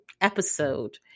episode